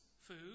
food